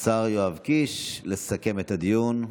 השר יואב קיש, לסכם את הדיון.